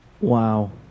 Wow